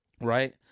right